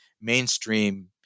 mainstream